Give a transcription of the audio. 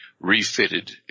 refitted